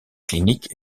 clinique